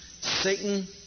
Satan